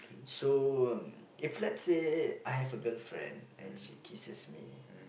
so mm if let us say I have a girlfriend and she kisses me